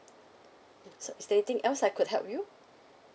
so is there anything else I could help you